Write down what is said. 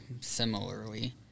similarly